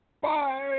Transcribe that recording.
Bye